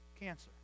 cancer